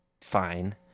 fine